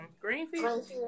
Greenfield